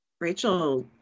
Rachel